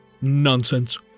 Nonsense